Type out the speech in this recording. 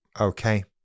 Okay